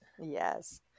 Yes